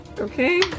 Okay